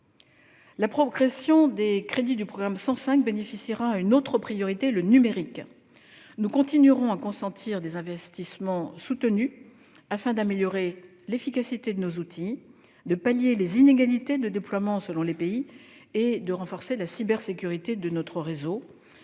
La progression des crédits du programme 105 bénéficiera à une autre priorité : le numérique. Nous continuerons à consentir des investissements soutenus afin d'améliorer l'efficacité de nos outils, de pallier les inégalités de déploiement selon les pays et de renforcer la cybersécurité de notre réseau.